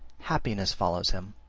happiness follows him,